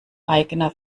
eigener